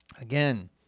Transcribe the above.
again